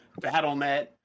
BattleNet